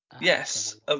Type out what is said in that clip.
Yes